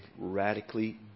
radically